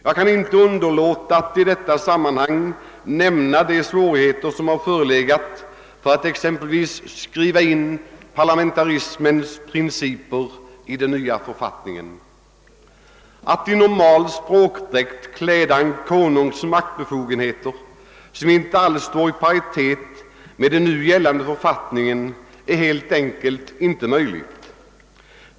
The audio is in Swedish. Jag kan inte underlåta att i detta sammanhang erinra om de svårigheter som förelegat för att exempelvis skriva in parlamentarismens principer i den nya författningen. Att i normal språkdräkt kläda en konungs maktbefogenheter, vilka inte alls står i paritet med gällande författning, är helt enkelt inte möjligt.